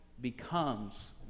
becomes